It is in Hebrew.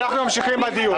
ואנחנו ממשיכים בדיון.